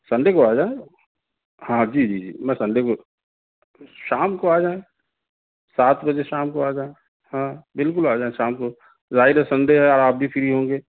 Sunday کو آ جائیں ہاں جی جی جی میں سنڈے کو شام کو آ جائیں سات بجے شام کو آ جائیں ہاں بالکل آ جائیں شام کو ظاہر ہے سنڈے ہے اور آپ بھی فری ہوں گے